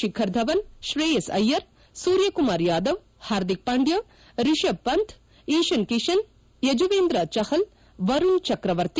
Shikhar Dhawan Shreyas Iyer Surya Kumar Yadav Hardik Pandya Rishabh Pant Ishan Kishan Yuzvendra Chahal Varun Chakravarthy